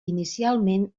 inicialment